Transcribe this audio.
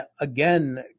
again